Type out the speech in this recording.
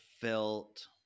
felt